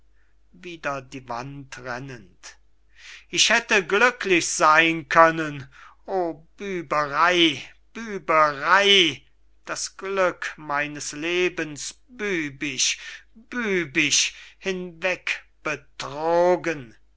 ich hätte glücklich seyn können oh büberey büberey das glück meines lebens bübisch bübisch hinwegbetrogen